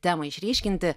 temai išryškinti